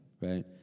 right